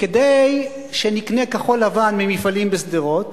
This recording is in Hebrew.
כדי שנקנה כחול-לבן ממפעלים בשדרות